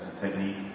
technique